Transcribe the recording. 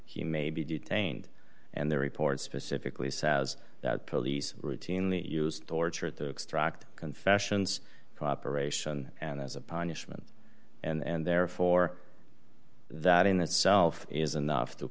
he may be detained and the report specifically says that police routinely used torture to extract confessions cooperation and as a punishment and therefore that in itself is enough to